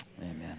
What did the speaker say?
Amen